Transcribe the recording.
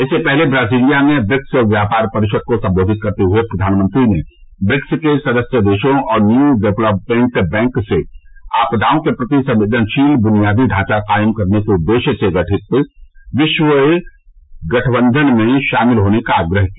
इससे पहले ब्राजीलिया में ब्रिक्स व्यापार परिषद को संबोधित करते हए प्रधानमंत्री ने ब्रिक्स के सदस्य देशों और न्यू डेवलपमेंट बैंक से आपदाओं के प्रति संबेदनशील बुनियादी ढांचा कायम करने के उद्देश्य से गठित वैश्विक गठबंधन में शामिल होने का आग्रह किया